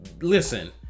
listen